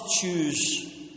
choose